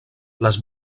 les